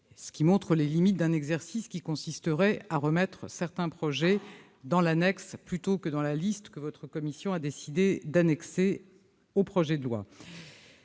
Cela montre les limites d'un exercice qui consisterait à faire figurer certains projets dans le rapport annexé plutôt que dans la liste que votre commission a décidé d'annexer au projet de loi.